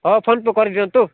ହେଉ PhonePe କରି ଦିଅନ୍ତୁ